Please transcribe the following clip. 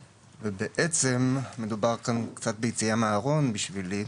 ובעצם מדובר כאן קצת ביציאה מהארון בשבילי,